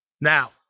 Now